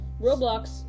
Roblox